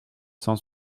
cent